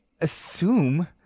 assume